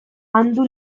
andu